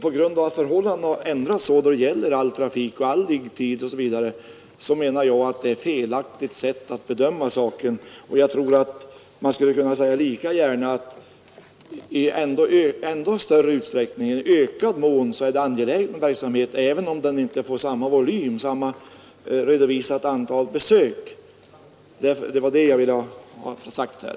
På grund av att förhållandena har ändrats så mycket då det gäller all trafik, all liggetid osv. menar jag att detta är ett felaktigt sätt att bedöma saken. Lika gärna tror jag att man skulle kunna säga att verksamheten i ändå större utsträckning är angelägen, även om den inte får samma volym i form av samma antal redovisade besök. Det var detta jag ville ha sagt här.